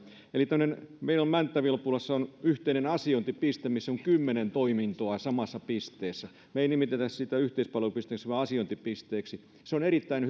meillä on mänttä vilppulassa yhteinen asiointipiste missä on kymmenen toimintoa samassa pisteessä me emme nimitä sitä sitä yhteispalvelupisteeksi vaan asiointipisteeksi se on erittäin